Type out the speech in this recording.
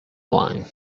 line